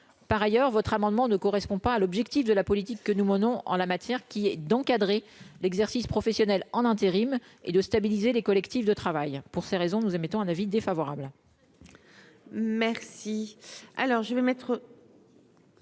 par ailleurs votre amendement ne correspond pas à l'objectif de la politique que nous menons en la matière qui est d'encadrer l'exercice professionnel en intérim et de stabiliser les collectifs de travail pour ces raisons, nous émettons un avis défavorable.